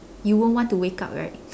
you won't want to wake up right